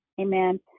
Amen